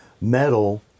metal